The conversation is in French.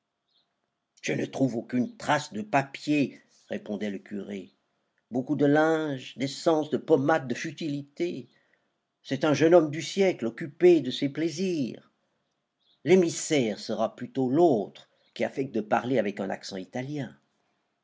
je ne trouve aucune trace de papiers répondait le curé beaucoup de linge d'essences de pommades de futilités c'est un jeune homme du siècle occupé de ses plaisirs l'émissaire sera plutôt l'autre qui affecte de parler avec un accent italien